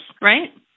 right